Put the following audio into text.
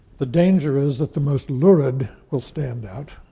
the danger is that the most lurid will stand out,